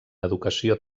educació